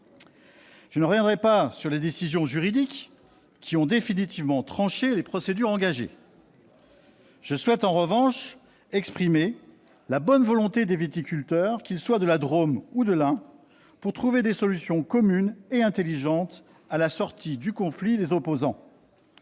Je ne reviendrai pas sur les décisions juridiques qui ont définitivement tranché les procédures engagées. Je souhaite en revanche exprimer la bonne volonté des viticulteurs, qu'ils soient de la Drôme ou de l'Ain, pour trouver des solutions communes et intelligentes à la sortie du conflit les opposant.